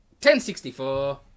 1064